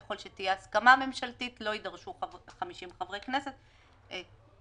ככל שתהיה הסכמה ממשלתית לא יידרשו 50 חברי כנסת והפוך.